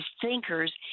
thinkers